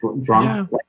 Drunk